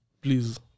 please